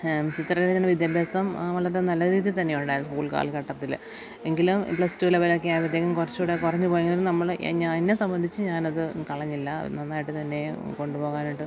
ചിത്രരചന വിദ്യാഭ്യാസം വളരെ നല്ല രീതിയിൽ തന്നെ ഉണ്ടായിരുന്നു സ്കൂൾ കാലഘട്ടത്തിൽ എങ്കിലും പ്ലസ്ടു ലെവലൊക്കെ ആയപ്പോഴത്തേക്കും കുറച്ചുകൂടി കുറഞ്ഞ് പോയിയെങ്കിൽ നമ്മളെ ഞാൻ എന്നെ സംബന്ധിച്ച് ഞാനത് കളഞ്ഞില്ല അത് നന്നായിട്ട് തന്നെ കൊണ്ടുപോകാനായിട്ട്